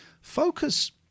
Focus